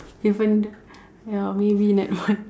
even though ya maybe netball